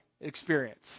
experience